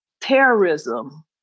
terrorism